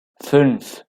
fünf